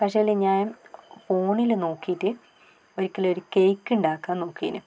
പക്ഷേ എങ്കിൽ ഞാൻ ഫോണിൽ നോക്കിയിട്ട് ഒരിക്കൽ ഒരു കേക്ക് ഉണ്ടാക്കാൻ നോക്കീനു